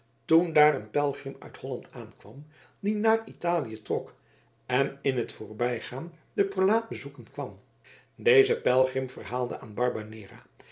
toen daar een pelgrim uit holland aankwam die naar italië trok en in t voorbijgaan den prelaat bezoeken kwam deze pelgrim verhaalde aan barbanera